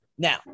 Now